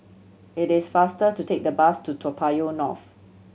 it is faster to take the bus to Toa Payoh North